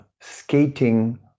skating